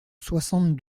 soixante